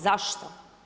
Zašto?